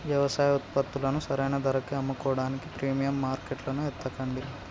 యవసాయ ఉత్పత్తులను సరైన ధరకి అమ్ముకోడానికి ప్రీమియం మార్కెట్లను ఎతకండి